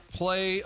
play